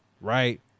right